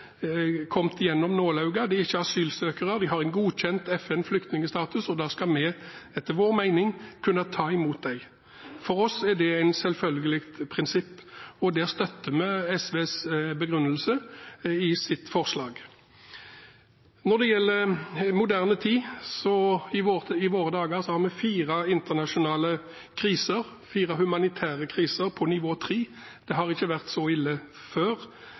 kommet gjennom nåløyet, de er ikke asylsøkere, de har en FN-godkjent flyktningstatus. Da skal vi, etter vår mening, kunne ta imot dem. For oss er det et selvfølgelig prinsipp, og der støtter vi begrunnelsen i SVs forslag. Når det gjelder moderne tid, har vi i våre dager fire internasjonale kriser, fire humanitære kriser på nivå 3. Det har ikke vært så ille